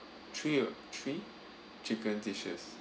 three oh three chicken dishes